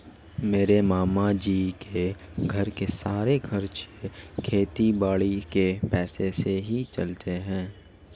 मेरे मामा जी के घर के सारे खर्चे खेती बाड़ी के पैसों से ही चलते हैं